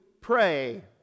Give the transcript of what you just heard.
pray